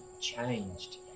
changed